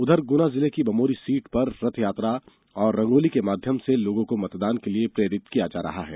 उधर गुना जिले की बमोरी सीट पर रथयात्रा एवं रंगोली के माध्यम से लोगों को मतदान के लिए प्रेरित किया जा रहा है